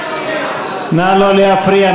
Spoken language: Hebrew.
נא לא להפריע.